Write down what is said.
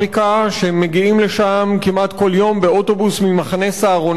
יום באוטובוס ממחנה "סהרונים"; מורידים אותם מהאוטובוס,